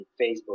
Facebook